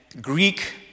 Greek